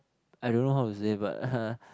I don't know how to say but